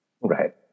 Right